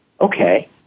okay